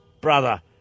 brother